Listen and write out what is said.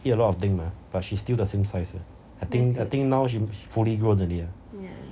eat a lot of thing mah but she still the same size ah I think I think now she fully grown already ah